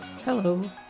Hello